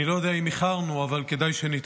אני לא יודע אם איחרנו, אבל כדאי שנתעורר.